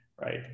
right